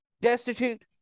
Destitute